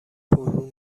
پررو